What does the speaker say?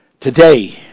Today